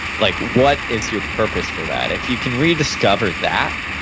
like what is your purpose for that? if you can rediscover that,